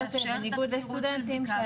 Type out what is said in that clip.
בניגוד לסטודנטים.